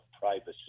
privacy